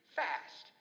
fast